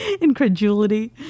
incredulity